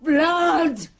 Blood